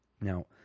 Now